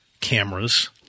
cameras